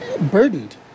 burdened